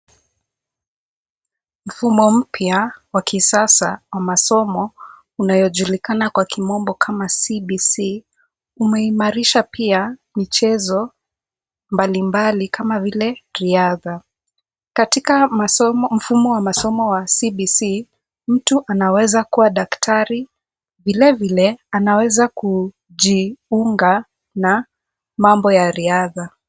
Mfumo mpya wa kisasa wa masomo unayojulikana kwa kimombo kama CBC umeimarisha pia michezo mbalimbali kama vile riadha. Katika masomo, mfumo wa masomo wa CBC mtu anaweza kuwa daktari, vilevile anaweza kujiunga na mambo ya riadha.